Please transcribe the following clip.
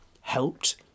helped